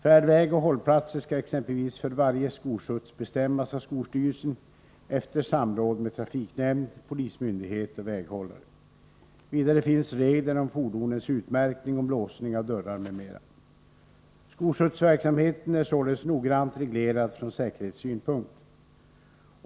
Färdväg och hållplatser skall exempelvis för varje skolskjuts bestämmas av skolstyrelsen efter samråd med trafiknämnd, polismyndighet och väghållare. Vidare finns regler om fordonens utmärkning, om låsning av dörrar m.m. Skolskjutsverksamheten är således noggrant reglerad från säkerhetssynpunkt.